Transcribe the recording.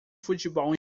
futebol